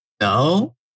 No